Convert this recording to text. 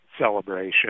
celebration